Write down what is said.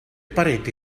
pareti